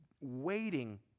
waiting